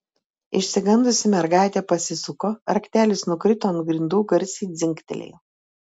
išsigandusi mergaitė pasisuko raktelis nukrito ant grindų garsiai dzingtelėjo